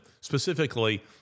specifically